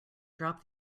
drop